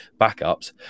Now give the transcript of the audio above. backups